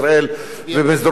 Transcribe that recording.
ובמסדרונות הממשל,